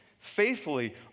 faithfully